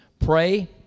Pray